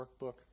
workbook